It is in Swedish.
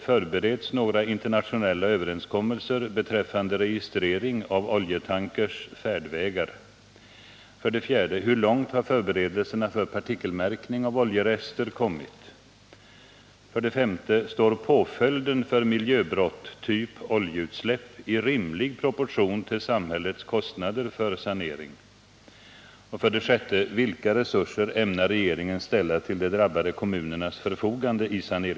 Förbereds några internationella överenskommelser beträffande registrering av oljetankrars färdvägar? 4. Hur långt har förberedelserna för partikelmärkning av oljerester kommit? 5. Står påföljden för miljöbrott, typ oljeutsläpp, i rimlig proportion till samhällets kostnader för sanering?